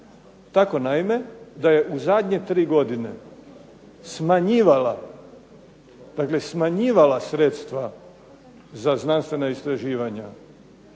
tako naime da je u zadnje tri godine smanjivala, dakle smanjivala sredstva za znanstvena istraživanja